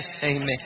Amen